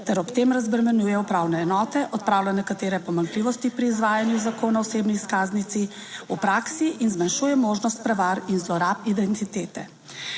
ter ob tem razbremenjuje upravne enote, odpravlja nekatere pomanjkljivosti pri izvajanju Zakona o osebni izkaznici v praksi in zmanjšuje možnost prevar in zlorab identitete.